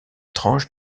tranches